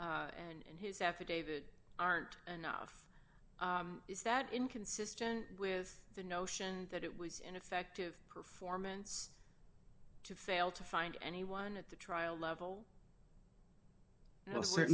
and his affidavit aren't enough is that inconsistent with the notion that it was ineffective performance to fail to find anyone at the trial level well